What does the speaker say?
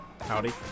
Howdy